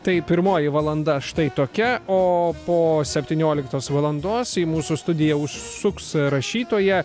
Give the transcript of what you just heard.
tai pirmoji valanda štai tokia o po septynioliktos valandos į mūsų studiją užsuks rašytoja